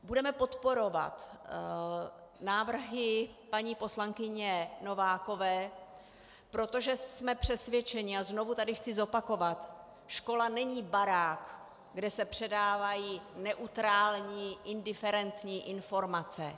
Budeme podporovat návrhy paní poslankyně Novákové, protože jsme přesvědčeni, a znovu tady chci zopakovat, škola není barák, kde se předávají neutrální indiferentní informace.